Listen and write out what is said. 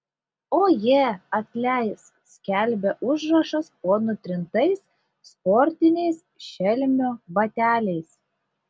oje atleisk skelbė užrašas po nutrintais sportiniais šelmio bateliais